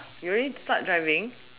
you already start driving